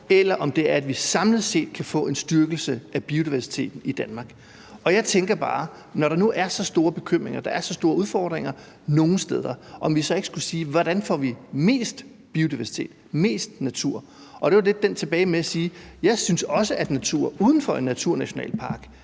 eller om det er, at vi samlet set kan få en styrkelse af biodiversiteten i Danmark. Jeg tænker bare, om vi ikke, når der nu er så store bekymringer og der er så store udfordringer nogle steder, skulle sige: Hvordan får vi mest biodiversitet og mest natur? Og så er jeg lidt tilbage til at sige, at jeg synes også, at natur uden for en naturnationalpark